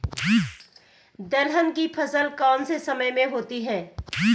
दलहन की फसल कौन से समय में होती है?